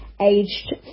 aged